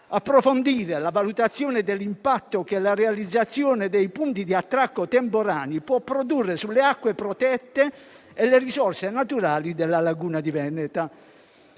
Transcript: approfondire la valutazione dell'impatto che la realizzazione dei punti di attracco temporanei può produrre sulle acque protette e le risorse naturali della laguna veneta.